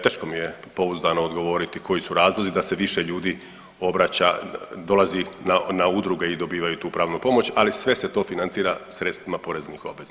Teško mi je pouzdano odgovoriti koji su razlozi da se više ljudi obraća, dolazi na, na udruge i dobivaju tu pravnu pomoć, ali sve se to financira sredstvima poreznih obveznika.